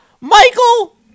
Michael